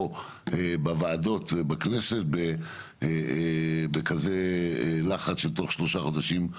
בוועדות ובכנסת בכזה לחץ שתוך שלושה חודשים,